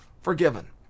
forgiven